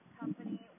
company